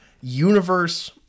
universe